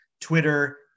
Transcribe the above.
Twitter